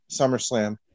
SummerSlam